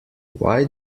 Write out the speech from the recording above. why